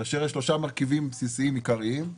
ויש שלושה מרכיבים בסיסיים עיקריים: